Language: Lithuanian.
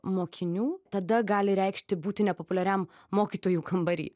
mokinių tada gali reikšti būti nepopuliariam mokytojų kambary